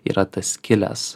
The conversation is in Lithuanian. yra tas kilęs